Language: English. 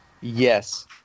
Yes